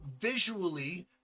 visually